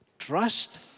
Trust